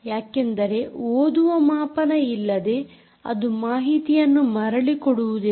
ಯಾಕೆಂದರೆ ಓದುವ ಮಾಪನ ಇಲ್ಲದೆ ಅದು ಮಾಹಿತಿಯನ್ನು ಮರಳಿ ಕೊಡುವುದಿಲ್ಲ